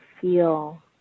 feel